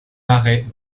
arrêt